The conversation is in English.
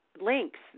links